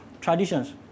Traditions